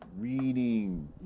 reading